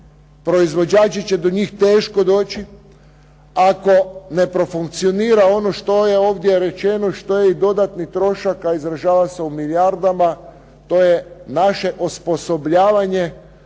proizvođači će do njih teško doći ako ne profunkcionira ono što je ovdje rečeno što je dodatni trošak a izražava se u milijardama, to je naše osposobljavanje